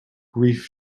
grief